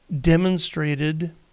demonstrated